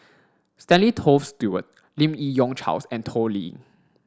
Stanley Toft Stewart Lim Yi Yong Charles and Toh Liying